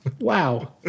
Wow